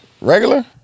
Regular